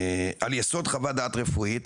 על יסוד חוות דעת רפואית,